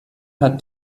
hat